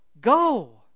Go